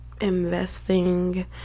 investing